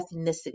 ethnicity